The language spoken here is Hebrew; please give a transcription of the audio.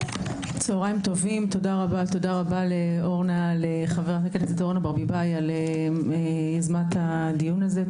תודה רבה לח"כ אורנה ברביבאי על יוזמת הדיון הזה.